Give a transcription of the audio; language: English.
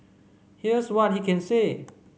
here's what he can say